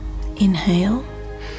inhale